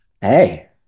Hey